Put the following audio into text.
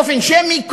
באופן שמי,